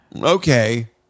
Okay